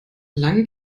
lang